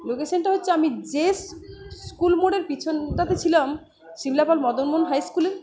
লোকেশানটা হচ্ছে আমি যে স্কুল মোড়ের পিছনটাতে ছিলাম শিমলাপাল মদন মোহন হাইস্কুলের